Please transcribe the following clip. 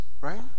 right